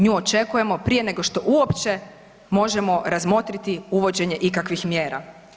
Nju očekujemo prije nego što uopće možemo razmotriti uvođenje ikakvih mjera.